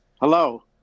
Hello